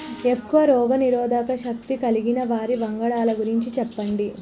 ఎక్కువ రోగనిరోధక శక్తి కలిగిన వరి వంగడాల గురించి చెప్పండి?